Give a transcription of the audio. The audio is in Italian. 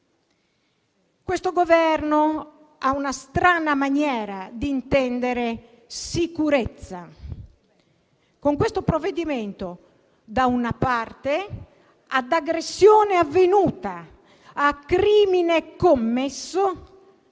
Questo Governo ha una strana maniera di intendere la sicurezza con il provvedimento in esame: da una parte, ad aggressione avvenuta e crimine commesso,